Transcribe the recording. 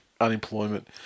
unemployment